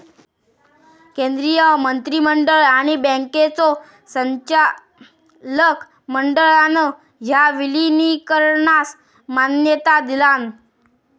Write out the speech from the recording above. केंद्रीय मंत्रिमंडळ आणि बँकांच्यो संचालक मंडळान ह्या विलीनीकरणास मान्यता दिलान